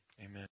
Amen